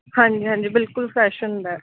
ਹਾਂਜੀ ਹਾਂਜੀ ਬਿਲਕੁਲ ਫਰੈੱਸ਼ ਹੁੰਦਾ